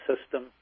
system